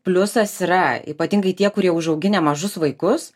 pliusas yra ypatingai tie kurie užauginę mažus vaikus